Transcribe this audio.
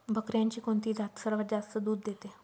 बकऱ्यांची कोणती जात सर्वात जास्त दूध देते?